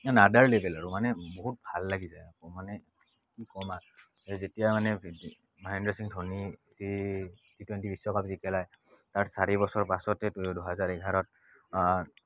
in other লেবেল আৰু মানে বহুত ভাল লাগি যায় মানে কি ক'ম আৰ যেতিয়া মানে Mahendra Singh Dhoni T T twenty বিশ্বকাপ জিকিলে তাৰ চাৰি বছৰ পাছতে দুহেজাৰ এঘাৰত